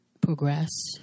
progress